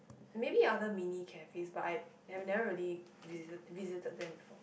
maybe other mini cafes but I I never ready visit visited them before